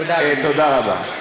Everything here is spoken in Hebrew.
תודה רבה.